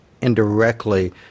indirectly